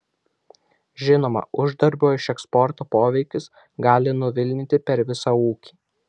žinoma uždarbio iš eksporto poveikis gali nuvilnyti per visą ūkį